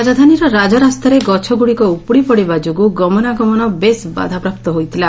ରାଜଧାନୀର ରାଜରାସ୍ତାରେ ଗଛଗୁଡ଼ିକ ଉପୁଡ଼ି ପଡ଼ିବା ଯୋଗୁଁ ଗମନାଗମନ ବେଶ୍ ବାଧାପ୍ରାପ୍ତ ହୋଇଥିଲା